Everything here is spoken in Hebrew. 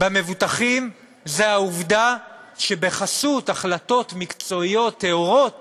במבוטחים זה העובדה שבחסות החלטות מקצועיות טהורות